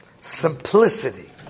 Simplicity